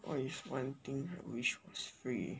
what is one thing I wish was free